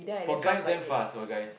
for guys damn fast for guys